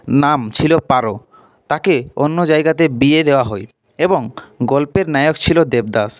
নাম ছিল পারো তাকে অন্য জায়গাতে বিয়ে দেওয়া হয় এবং গল্পের নায়ক ছিল দেবদাস